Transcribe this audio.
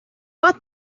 but